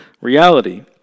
reality